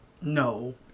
No